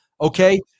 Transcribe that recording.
okay